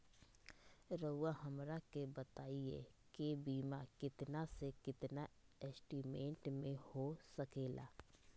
रहुआ हमरा के बताइए के बीमा कितना से कितना एस्टीमेट में हो सके ला?